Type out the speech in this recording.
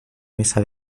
mesa